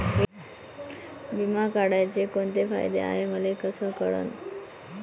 बिमा काढाचे कोंते फायदे हाय मले कस कळन?